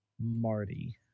Marty